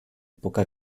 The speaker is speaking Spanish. poca